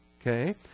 Okay